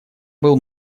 был